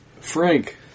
Frank